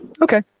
Okay